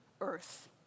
earth